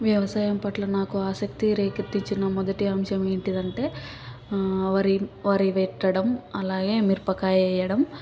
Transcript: వ్యవసాయంపట్ల నాకు ఆసక్తి రేకెత్తించిన మొదటి అంశం ఏంటిదంటే వరి వరి పెట్టడం అలాగే మిరపకాయ వేయడం